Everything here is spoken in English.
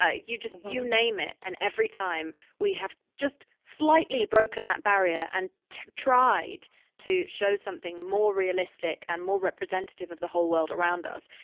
ah you just, you name it. and every time we have just slightly broken that barrier and tried to show something more realistic and more representative of the whole world around us.